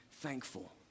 thankful